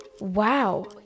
Wow